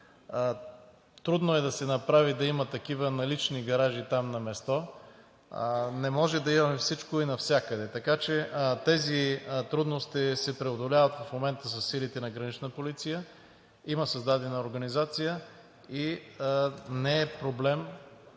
Трудно е да се направи да има такива налични гаражи там на място, не може да имаме всичко и навсякъде. Тези трудности се преодоляват в момента със силите на „Гранична полиция“, има създадена организация и не е проблем